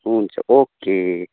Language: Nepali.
हुन्छ ओके